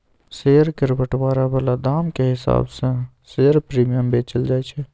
share केर बंटवारा बला दामक हिसाब सँ शेयर प्रीमियम बेचल जाय छै